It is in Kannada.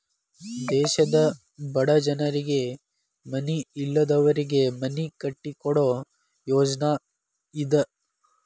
ದೇಶದ ಬಡ ಜನರಿಗೆ ಮನಿ ಇಲ್ಲದವರಿಗೆ ಮನಿ ಕಟ್ಟಿಕೊಡು ಯೋಜ್ನಾ ಇದ